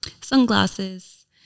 sunglasses